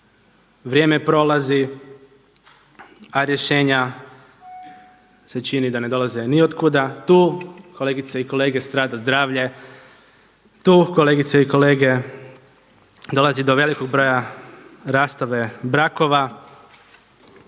vrijeme prolazi a rješenja se čini da ne dolaze ni od kuda. Tu kolegice i kolege strada zdravlje, tu kolegice i kolege dolazi do velikog broja rastava brakova.